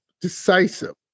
decisive